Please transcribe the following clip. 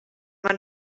man